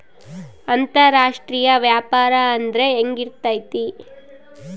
ಅಂತರಾಷ್ಟ್ರೇಯ ವ್ಯಾಪಾರ ಅಂದ್ರೆ ಹೆಂಗಿರ್ತೈತಿ?